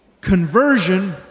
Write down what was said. Conversion